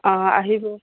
অঁ আহিব